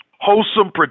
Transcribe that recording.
Wholesome